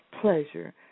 pleasure